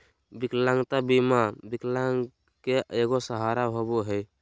विकलांगता बीमा विकलांग के एगो सहारा होबो हइ